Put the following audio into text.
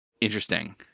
Interesting